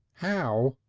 how?